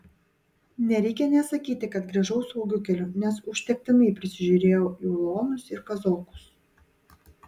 nereikia nė sakyti kad grįžau saugiu keliu nes užtektinai prisižiūrėjau į ulonus ir kazokus